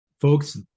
Folks